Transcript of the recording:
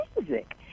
music